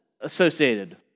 associated